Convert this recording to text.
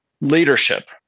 leadership